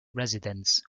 residents